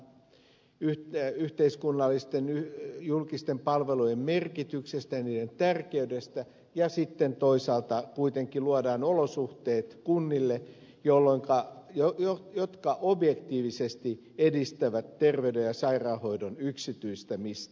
toisaalta puhutaan yhteiskunnallisten julkisten palvelujen merkityksestä ja niiden tärkeydestä ja sitten toisaalta kuitenkin luodaan olosuhteet kunnille jotka objektiivisesti edistävät terveyden ja sairaanhoidon yksityistämistä